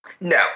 No